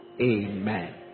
Amen